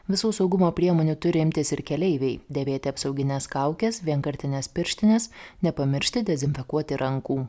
visų saugumo priemonių turi imtis ir keleiviai dėvėti apsaugines kaukes vienkartines pirštines nepamiršti dezinfekuoti rankų